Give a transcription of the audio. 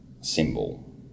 symbol